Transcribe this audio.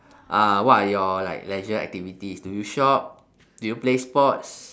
uh what are your like leisure activities do you shop do you play sports